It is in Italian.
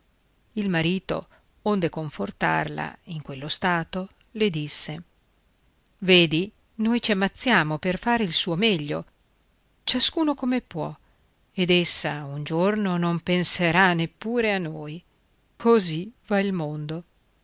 il marito onde confortarla in quello stato le disse vedi noi ci ammazziamo per fare il suo meglio ciascuno come può ed essa un giorno non penserà neppure a noi così va il mondo